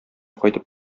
кайтып